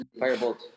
Firebolt